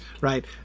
right